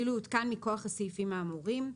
כאילו הותקן מכוח הסעיפים האמורים,